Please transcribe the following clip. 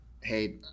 Hey